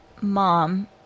Mom